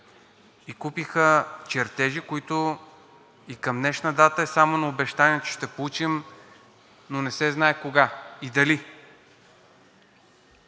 и купиха чертежи, които и към днешна дата са само на обещанието, че ще получим, но не се знае кога и дали.